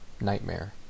nightmare